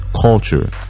culture